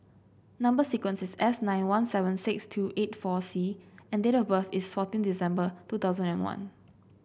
number sequence is S nine one seven six two eight four C and date of birth is fourteen December two thousand and one